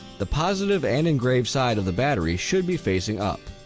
the positive and engraved side of the battery should be facing up.